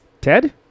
Ted